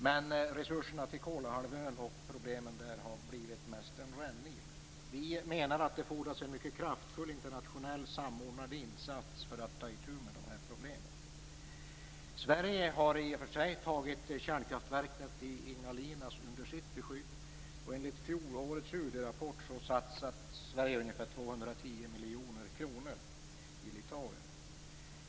Men resurserna till Kolahalvön och problemen där har blivit mest en rännil. Vi menar att det fordras en mycket kraftfull internationell samordnad insats för att ta itu med de här problemen. Sverige har i och för sig tagit kärnkraftverket i Ignalina under sitt beskydd, och enligt fjolårets UD-rapport har Sverige satsat ungefär 210 miljoner kronor i Litauen.